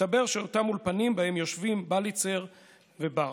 מסתבר שאותם האולפנים שבהם יושבים בליצר וברבש,